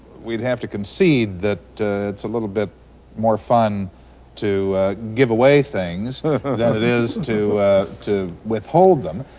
we'd have to concede that it's a little bit more fun to give away things than it is to to withhold them.